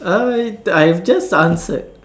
uh I've just answered